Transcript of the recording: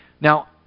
Now